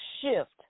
shift